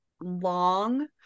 long